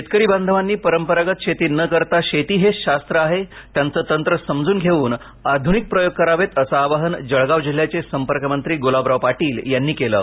शेतकरी बांधवांनी परंपरागत शेती न करता शेती हे शास्त्र आहे त्यांचे तंत्र समजून घेऊन आधूनिक प्रयोग करावेत असं आवाहन जळगाव जिल्ह्याचे संपर्कमंत्री गुलाबराव पाटील यांनी केलं आहे